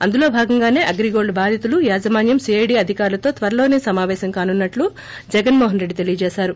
అందులో భాగంగానే అగ్రిగోల్ల్ బాధితులు యాజమాన్యం సీఐడీ అధికారులతో త్వరలోనే సమాపేశం కానున్నట్లు జగన్ మోహన్ రెడ్డి తెలిపారు